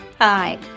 Hi